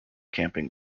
camping